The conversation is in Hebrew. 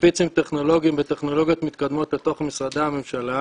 שפיצים טכנולוגיים בטכנולוגיות מתקדמות לתוך משרדי הממשלה,